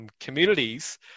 communities